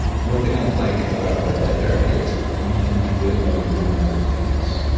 and one thing i like about red light therapy is you can do it while you're doing other things.